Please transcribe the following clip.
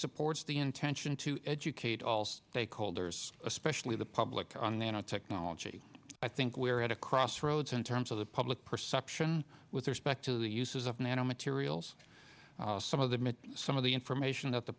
supports the intention to educate all stakeholders especially the public on nanotechnology i think we're at a crossroads in terms of the public perception with respect to the uses of nanomaterials some of them and some of the information that the